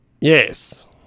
yes